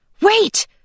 Wait